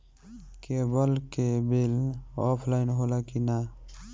Cable के bill offline होला कि ना?